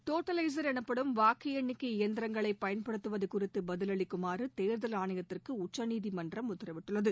totaliser எனப்படும் வாக்கு எண்ணிக்கை எந்திரங்களை பயன்படுத்துவது குறித்து பதிலளிக்குமாறு தேர்தல் ஆணையத்திற்கு உச்சநீதிமன்றம் உத்தரவிட்டுள்ளது